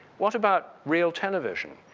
what about real television?